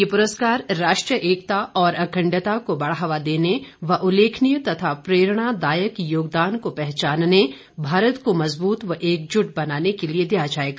यह पुरस्कार राष्ट्रीय एकता और अखंडता को बढ़ावा देने और उल्लेखनीय और प्रेरणादायक योगदान को पहचानने तथा भारत को मजबूत व एकजुट बनाने के लिए दिया जायेगा